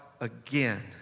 again